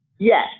yes